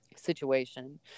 situation